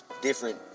Different